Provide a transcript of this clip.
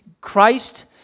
Christ